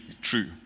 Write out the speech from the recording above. true